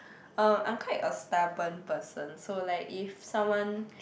um I'm quite a stubborn person so like if someone